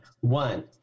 One